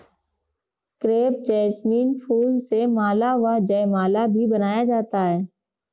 crepe jasmine फूल से माला व जयमाला भी बनाया जाता है